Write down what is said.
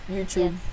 YouTube